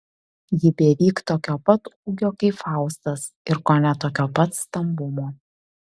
ji beveik tokio pat ūgio kaip faustas ir kone tokio pat stambumo